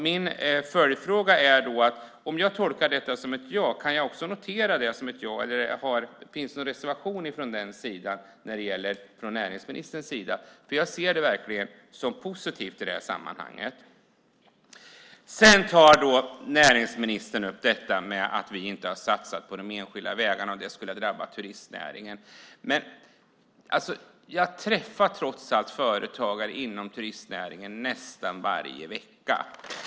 Min följdfråga är: Om jag tolkar detta som ett ja, kan jag då också notera det som ett ja, eller finns det någon reservation från näringsministerns sida? Jag ser verkligen detta som positivt i detta sammanhang. Sedan tar näringsministern upp detta med att vi inte har satsat på de enskilda vägarna och att det skulle ha drabbat turistnäringen. Men jag träffar trots allt företagare inom turistnäringen nästan varje vecka.